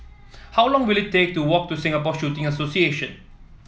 how long will it take to walk to Singapore Shooting Association